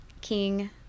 King